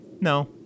no